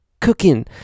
cooking